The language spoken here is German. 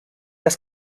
das